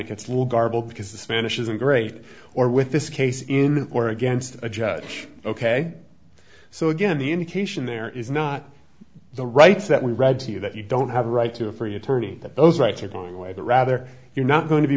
it gets a little garbled because the spanish isn't great or with this case in the war against a judge ok so again the indication there is not the rights that we read to you that you don't have a right to a free attorney that those rights are going away the rather you're not going to be